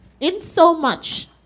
insomuch